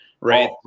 right